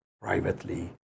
privately